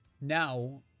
Now